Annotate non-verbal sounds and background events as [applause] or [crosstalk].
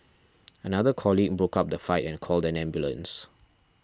[noise] another colleague broke up the fight and called an ambulance